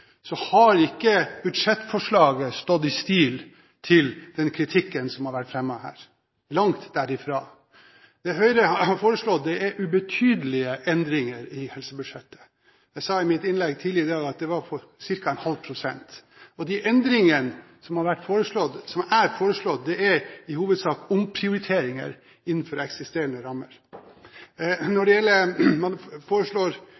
så har ikke budsjettforslagene stått i stil med den kritikken som har vært fremmet, langt derifra. Det Høyre har foreslått, er ubetydelige endringer i helsebudsjettet. Jeg sa i mitt innlegg tidligere i dag at de var på ca. ½ pst., og de endringene som er foreslått, er i hovedsak omprioriteringer innenfor eksisterende rammer. Man foreslår